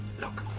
look.